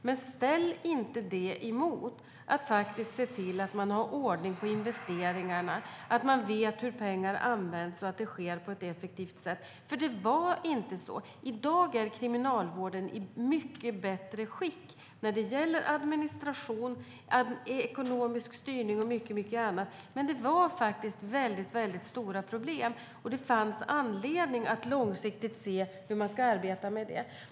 Men ställ inte dem emot att se till att man har ordning på investeringarna, att man vet hur pengar används och att det sker på ett effektivt sätt. Det var inte så. I dag är Kriminalvården i mycket bättre skick när det gäller administration, ekonomisk styrning och mycket annat. Men det fanns tidigare väldigt stora problem. Det fanns anledning att långsiktigt se hur man ska arbeta med detta.